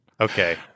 Okay